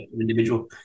individual